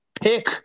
pick